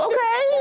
Okay